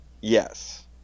yes